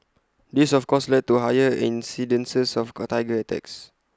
this of course led to higher incidences of go Tiger attacks